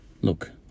look